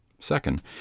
Second